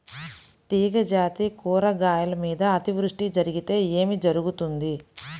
తీగజాతి కూరగాయల మీద అతివృష్టి జరిగితే ఏమి జరుగుతుంది?